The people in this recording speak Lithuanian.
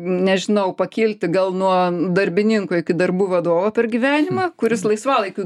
nežinau pakilti gal nuo darbininko iki darbų vadovo per gyvenimą kuris laisvalaikiu